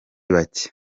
bacye